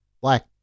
black